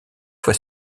fois